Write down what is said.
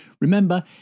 Remember